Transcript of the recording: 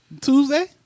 Tuesday